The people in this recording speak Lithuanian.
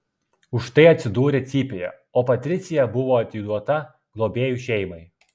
už tai atsidūrė cypėje o patricija buvo atiduota globėjų šeimai